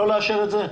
לא לאשר את זה?